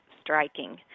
striking